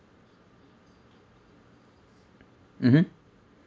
mmhmm